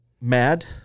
mad